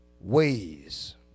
Ways